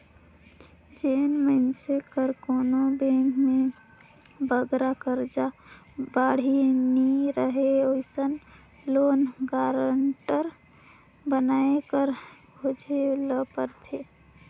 जेन मइनसे कर कोनो बेंक में बगरा करजा बाड़ही नी रहें अइसन लोन गारंटर बनाए बर खोजेन ल परथे